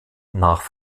nach